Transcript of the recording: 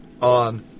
on